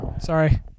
Sorry